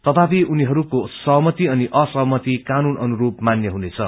तथापि उनीहरूको सहमति अनि असहमति कानून अनुस्र मान्य हुनेछ